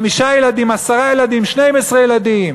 חמישה ילדים, עשרה ילדים, 12 ילדים.